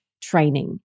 training